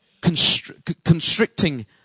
constricting